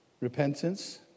repentance